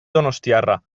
donostiarra